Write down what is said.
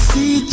See